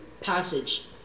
passage